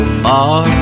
far